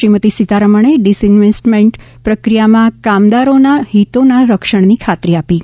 શ્રીમતી સિતારામણે ડિસઈન્વેસ્ટમેન્ટ પ્રક્રિયામાં કામદારોના હિતોના રક્ષણની ખાતરી આપી હતી